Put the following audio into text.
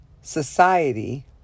society